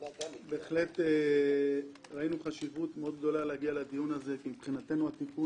ראינו חשיבות מאוד גדולה להגיע לדיון כי מבחינתנו התיקון